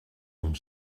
amb